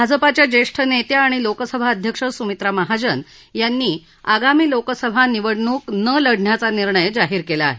भाजपाच्या ज्येष्ठ नेत्या आणि लोकसभा अध्यक्ष सुमित्रा महाजन यांनी आगामी लोकसभा निवडणूक न लढण्याचा निर्णय जाहीर केला आहे